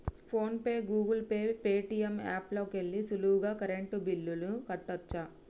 phone pay, Google Pay, Paytm app లోకెల్లి సులువుగా current బిల్లుల్ని కట్టచ్చు